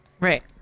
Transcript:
Right